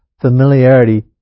Familiarity